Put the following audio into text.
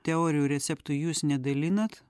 teorijų receptų jūs nedalinat